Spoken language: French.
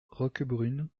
roquebrune